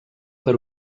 per